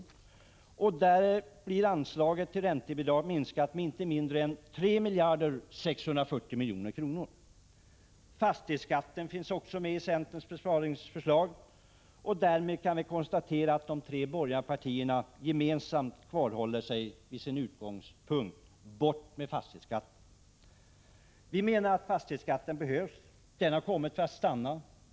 Enligt denna reservation skall anslaget till räntebidrag minskas med inte mindre än 3 640 milj.kr. Fastighetsskatten finns också med i centerns besparingsförslag. Därmed kan vi konstatera att de tre borgerliga partierna gemensamt håller sig kvar vid sin utgångspunkt, dvs. att fastighetsskatten skall bort. Vi menar att fastighetsskatten behövs. Den har kommit för att stanna.